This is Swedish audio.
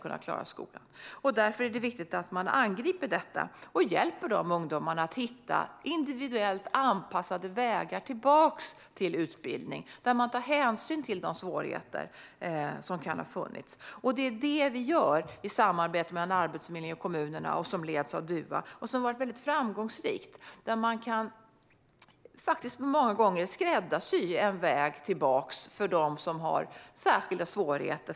Det är viktigt att vi angriper detta och hjälper dessa ungdomar att hitta individuellt anpassade vägar tillbaka till utbildning där hänsyn tas till de svårigheter som kan ha funnits. Det är detta som görs i samarbetet mellan Arbetsförmedlingen och kommunerna som leds av Dua, och det har varit mycket framgångsrikt. Många gånger kan man skräddarsy en väg tillbaka till utbildning för dem som har särskilda svårigheter.